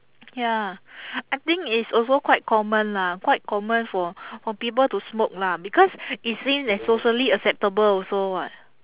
ya I think it's also quite common lah quite common for for people to smoke lah because it's seen as socially acceptable also [what]